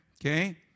Okay